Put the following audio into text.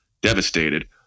devastated